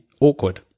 awkward